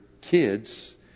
kids